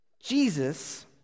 Jesus